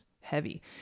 heavy